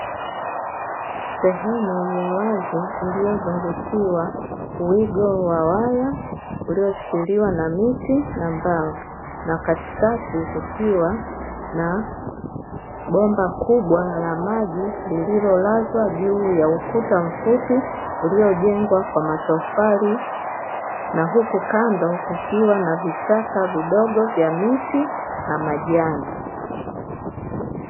Sehemu ya wazi iliyozungushiwa wigo wa waya ulioshikiliwa na miti na mbao na katikati kukiwa na bomba kubwa la maji, lililolazwa juu ya ukuta mfupi uliojengwa kwa matofali na huku kando kukiwa na vichaka vidogo vya miti na majani.